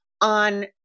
on